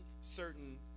certain